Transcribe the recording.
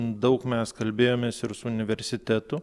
daug mes kalbėjomės ir su universitetu